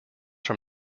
from